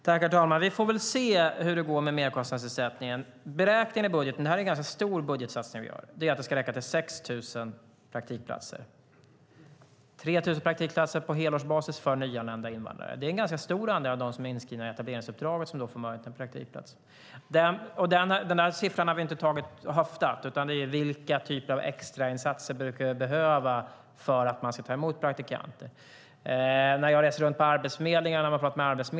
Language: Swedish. Herr talman! Vi får väl se hur det går med merkostnadsersättningen. Beräkningen i budgeten - det är en ganska stor budgetsatsning vi gör - är att det ska räcka till 6 000 praktikplatser. Det är 3 000 praktikplatser på helårsbasis för nyanlända invandrare. Det är en ganska stor andel av dem som är inskrivna i etableringsuppdraget som då får möjlighet till en praktikplats. Den där siffran har vi inte höftat, utan det handlar om vilka typer av extrainsatser man brukar behöva för att ta emot praktikanter. Jag reser runt till arbetsförmedlingar och pratar med dem.